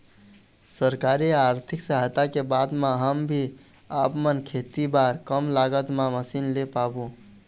सरकारी आरथिक सहायता के बाद मा हम भी आपमन खेती बार कम लागत मा मशीन ले पाबो?